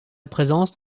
présence